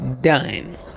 done